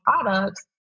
products